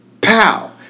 pow